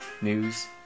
news